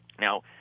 Now